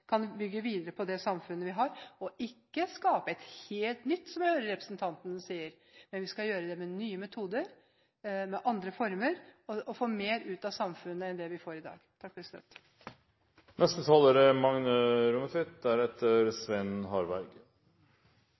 kan bygge videre på det samfunnet vi har – ikke skape et helt nytt, som jeg hører representanten sier. Men vi skal gjøre det med nye metoder, med andre former og få mer ut av samfunnet enn det vi får i dag.